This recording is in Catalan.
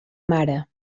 mare